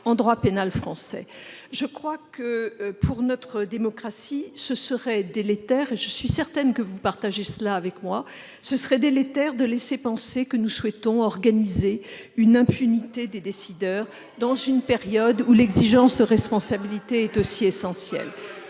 en droit pénal français. » C'est faux ! Pour notre démocratie, et je suis certaine que vous partagez ce point de vue, il serait délétère de laisser penser que nous souhaitons organiser l'impunité des décideurs dans une période où l'exigence de responsabilité est si essentielle.